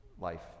life